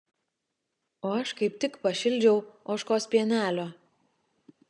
o aš kaip tik pašildžiau ožkos pienelio